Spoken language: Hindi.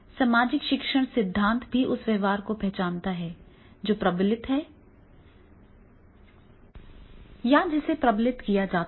सामाजिक शिक्षण सिद्धांत भी उस व्यवहार को पहचानता है जिसे प्रबलित किया जाता है